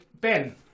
Ben